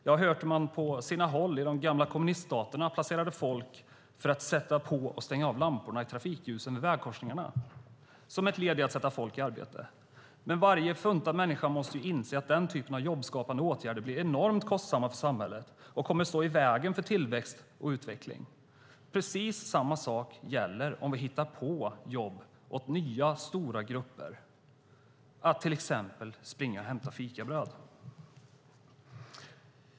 Jag har hört att man på sina håll i de gamla kommuniststaterna placerade folk i vägkorsningarna för att de skulle slå på och stänga av lamporna i trafikljusen, detta som ett led i att sätta folk i arbete. Varje någorlunda funtad människa måste inse att den typen av jobbskapande åtgärder blir oerhört kostsamma för samhället och kommer att stå i vägen för tillväxt och utveckling. Precis samma sak gäller om vi hittar på jobb åt nya, stora grupper, såsom att springa och hämta fikabröd.